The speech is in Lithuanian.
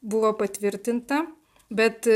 buvo patvirtinta bet